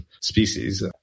species